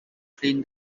clean